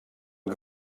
que